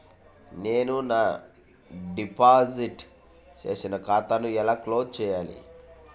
నేను నా డిపాజిట్ చేసిన ఖాతాను ఎలా క్లోజ్ చేయాలి?